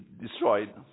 destroyed